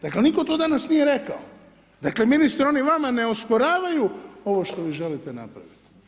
Dakle nitko to danas nije rekao, dakle ministre, oni vama ne osporavaju ovo što vi želite napraviti.